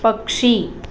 पक्षी